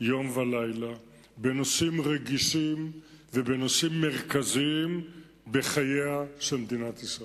יום ולילה בנושאים רגישים ובנושאים מרכזיים בחייה של מדינת ישראל.